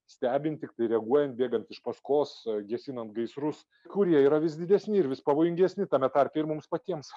stebint tiktai reaguojant bėgant iš paskos gesinant gaisrus kurie yra vis didesni ir vis pavojingesni tame tarpe ir mums patiems